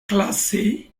classé